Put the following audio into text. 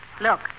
Look